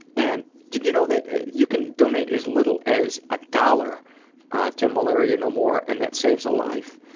and did you know that you can donate as little as a dollar to malaria no more, and that saves a life.